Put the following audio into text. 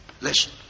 listen